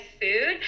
food